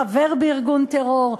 חבר בארגון טרור,